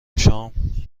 شام